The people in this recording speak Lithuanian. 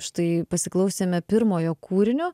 štai pasiklausėme pirmojo kūrinio